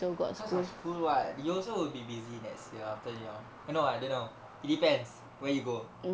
cause of school [what] you also will be busy next year after you know I don't know it depends where you go